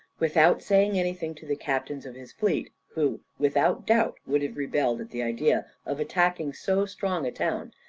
without saying anything to the captains of his fleet, who, without doubt, would have rebelled at the idea of attacking so strong a town,